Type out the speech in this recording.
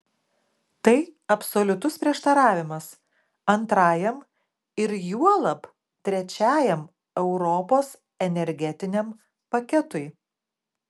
tai absoliutus prieštaravimas antrajam ir juolab trečiajam europos energetiniam paketui